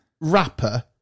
rapper